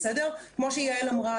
כמו שיעל אמרה,